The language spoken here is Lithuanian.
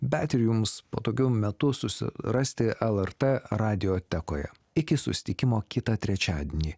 bet ir jums patogiu metu susi rasti lrt radiotekoje iki susitikimo kitą trečiadienį